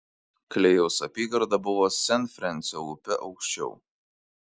klėjaus apygarda buvo sent frensio upe aukščiau